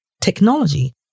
technology